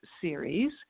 series